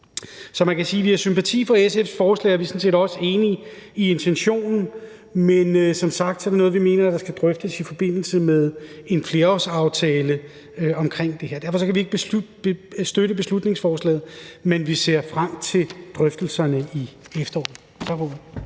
Så man kan sige, at vi har sympati for SF's forslag, og vi er sådan set også enige i intentionen, men som sagt er det noget, vi mener skal drøftes i forbindelse med en flerårsaftale omkring det her. Derfor kan vi ikke støtte beslutningsforslaget, men vi ser frem til drøftelserne i efteråret.